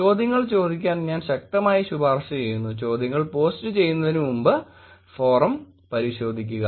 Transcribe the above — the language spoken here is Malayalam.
ചോദ്യങ്ങൾ ചോദിക്കാൻ ഞാൻ ശക്തമായി ശുപാർശ ചെയ്യുന്നു ചോദ്യങ്ങൾ പോസ്റ്റുചെയ്യുന്നതിന് മുമ്പ് ഫോറം പരിശോധിക്കുക